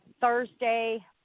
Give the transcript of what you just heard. Thursday